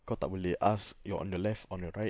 kau tak boleh ask your on the left on the right